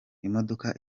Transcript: imodoka